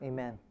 Amen